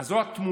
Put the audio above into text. אז זו התמונה,